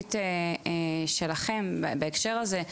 מהזווית שלכם בהקשר הזה.